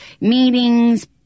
meetings